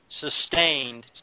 sustained